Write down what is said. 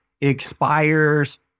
expires